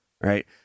Right